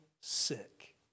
sick